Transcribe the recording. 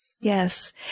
Yes